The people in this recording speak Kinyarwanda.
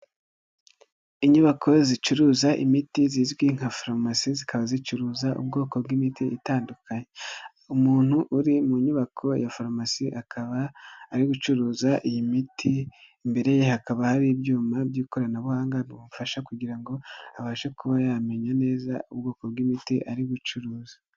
Inyubako zicuruza imiti, zizwi nka farumasi, zikaba zicuruza ubwoko bw'imiti itandukanye. Umuntu uri mu nyubako ya farumasi, akaba ari gucuruza iyi miti, imbere ye hakaba hari ibyuma by'ikoranabuhanga, bimufasha kugira ngo abashe kuba yamenya neza ubwoko bw'imiti ari bucuruza.